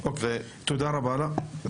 תודה רבה לך.